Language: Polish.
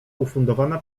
ufundowana